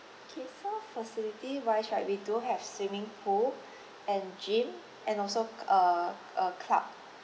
okay so facility wise right we do have swimming pool and gym and also uh uh club